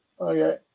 Okay